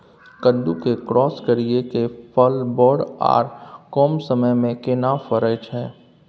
कद्दू के क्रॉस करिये के फल बर आर कम समय में केना फरय छै?